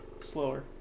Slower